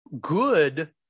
good